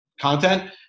content